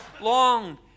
long